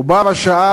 ובה-בשעה,